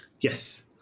Yes